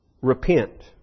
Repent